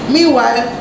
Meanwhile